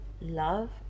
love